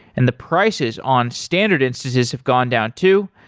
and the prices on standard instances have gone down too.